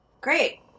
Great